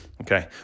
Okay